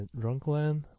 Drunkland